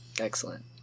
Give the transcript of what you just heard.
Excellent